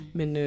Men